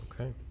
okay